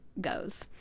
goes